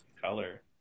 color